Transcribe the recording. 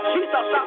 Jesus